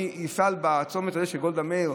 אני אפעל בעניין הצומת הזה של גולדה מאיר,